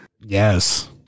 Yes